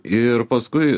ir paskui